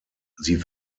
sie